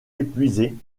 épuisée